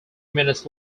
minutes